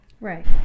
Right